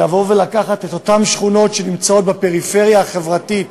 אלא גם לקחת את אותן שכונות שנמצאות בפריפריה חברתית